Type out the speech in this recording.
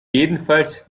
jedenfalls